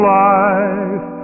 life